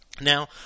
Now